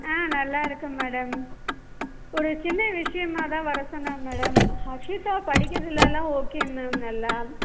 ஆ நல்லாயிருக்கேன் மேடம் ஒரு சின்ன விஷயமாதான் வர சொன்னேன் மேடம் அக்ஷிதா படிக்கிறதுலல்லாம் ஓகே மேம் எல்லாம்